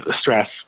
stress